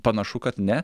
panašu kad ne